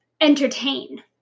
entertain